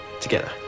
Together